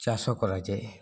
ଚାଷ କରାଯାଏ